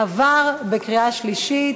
עבר בקריאה שלישית.